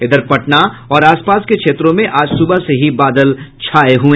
इधर पटना और आसपास के क्षेत्रों में सुबह से ही बादल छाये रहे